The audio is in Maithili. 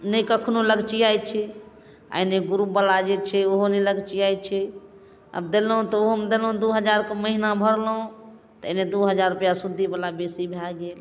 नहि कखनो लगचियाइ छै आओर ने ग्रुपवला जे छै ओहो नहि लगचियाइ छै आओर देलहुँ तऽ ओ हम देलहुँ दू हजारके महीना भरलहुँ तऽ एन्ने दू हजार रुपैआ सूदिवला बेसी भए गेल